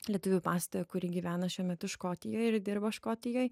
lietuvių pastoe kuri gyvena šiuo metu škotijoj ir dirba škotijoj